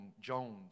Jones